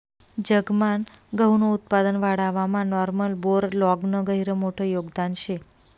जगमान गहूनं उत्पादन वाढावामा नॉर्मन बोरलॉगनं गहिरं मोठं योगदान शे